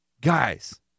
Guys